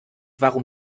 warum